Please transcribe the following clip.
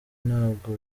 ntabwo